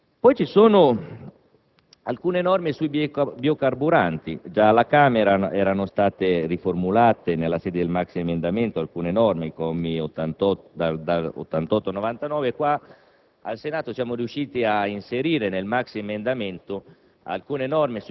È un'attenzione importante che vogliamo dare all'agricoltura biologica, che non consideriamo un settore residuale ma un'opzione importante per la nostra agricoltura e per un modello di agricoltura che l'Unione vuole incentivare in grande